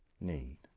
need